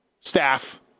staff